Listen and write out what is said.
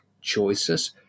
choices